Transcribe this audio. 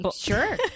Sure